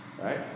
Right